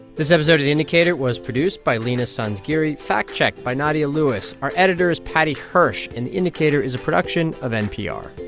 this episode of the indicator was produced by leena sanzgiri, fact-checked by nadia lewis. our editor is paddy hirsch. and the indicator is a production of npr